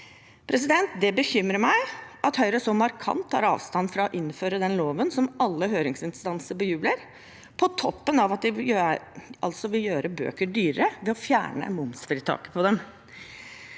bokloven. Det bekymrer meg at Høyre så markant tar avstand fra å innføre den loven som alle høringsinstanser bejubler, på toppen av at de vil gjøre bøker dyrere ved å fjerne momsfritaket på dem.